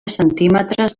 centímetres